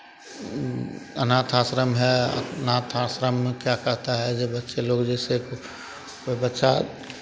अनाथ आश्रम है अनाथ आश्रम में क्या कहता है ये बच्चे लोग जैसे कोई बच्चा